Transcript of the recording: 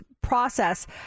process